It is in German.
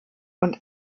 und